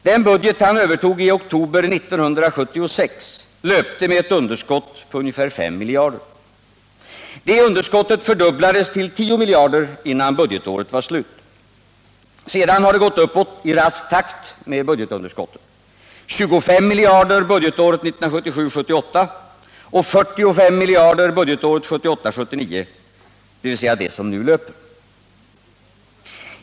Den budget han övertog i oktober 1976 löpte med ett underskott på ungefär 5 miljarder. Det underskottet fördubblades till 10 miljarder innan budgetåret var slut. Sedan har det gått uppåt i rask takt med budgetunderskotten: 25 miljarder budgetåret 1977 79, dvs. det som nu löper.